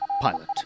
Pilot